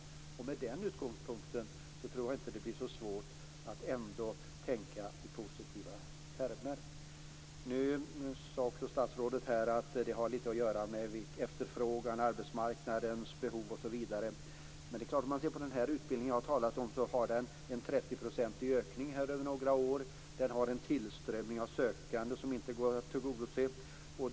Med den utgångspunkten tror jag inte att det blir så svårt att tänka i positiva termer. Nu sade statsrådet också att det har att göra med efterfrågan, arbetsmarknadens behov osv. Men den utbildning som jag har talat om har en 30-procentig ökning över några år. Den har en tillströmning av sökande som inte gått att tillgodose.